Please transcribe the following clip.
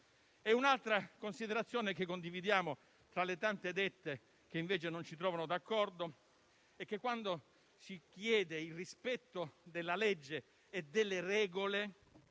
Un'altra considerazione che condividiamo tra le tante dette che, invece, non ci trovano d'accordo è che, quando si chiede il rispetto della legge e delle regole,